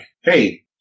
hey